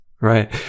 right